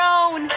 own